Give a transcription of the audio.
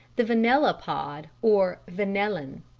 the vanilla pod or vanillin.